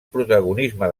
protagonisme